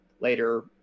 later